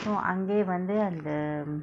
so அங்கயே வந்து அந்த:angkayee vandthu andtha